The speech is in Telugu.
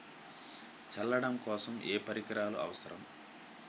చల్లడం కోసం ఏ పరికరాలు అవసరం?